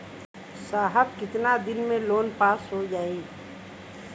साहब कितना दिन में लोन पास हो जाई?